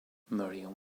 merriam